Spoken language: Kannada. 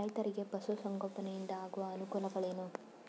ರೈತರಿಗೆ ಪಶು ಸಂಗೋಪನೆಯಿಂದ ಆಗುವ ಅನುಕೂಲಗಳೇನು?